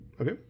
Okay